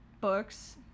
books